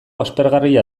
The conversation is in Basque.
aspergarria